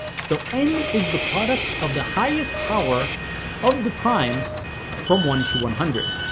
so n is the product of the highest power of the primes from one to one hundred.